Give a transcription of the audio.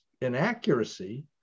inaccuracy